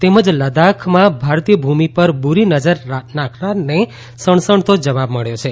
તેમજ લદ્દાખમાં ભારતીય ભૂમિ પર બુરી નજર નાખનારાને સણસણતો જવાબ મબ્યો છે